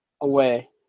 away